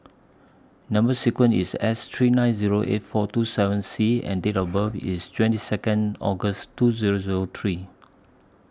Number sequence IS S three nine Zero eight four two seven C and Date of birth IS twenty Second August two Zero Zero three